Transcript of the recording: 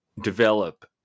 develop